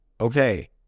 Okay